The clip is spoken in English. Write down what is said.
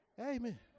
amen